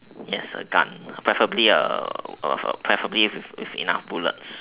yes a gun preferably err preferably with enough bullets